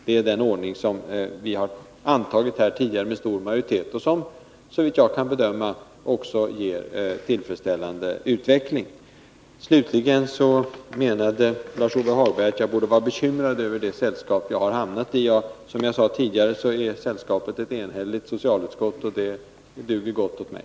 Det är den ordning som vi med stor majoritet har beslutat och som, såvitt jag kan bedöma, också är tillfredsställande. Slutligen menade Lars-Ove Hagberg att jag borde vara bekymrad med tanke på det sällskap som jag har hamnat i. Som jag tidigare sade är sällskapet ett enhälligt socialutskott, och det duger gott åt mig.